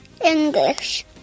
English